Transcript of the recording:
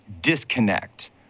disconnect